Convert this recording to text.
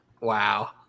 Wow